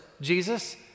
Jesus